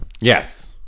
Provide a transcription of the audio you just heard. yes